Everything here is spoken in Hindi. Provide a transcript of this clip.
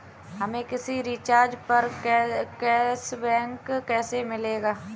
हमें किसी रिचार्ज पर कैशबैक कैसे मिलेगा?